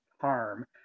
harm